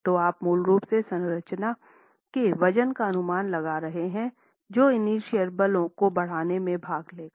तो आप मूल रूप से संरचना के वजन का अनुमान लगा रहे हैं जो इनरटीएल बलों को बढ़ाने में भाग लेगा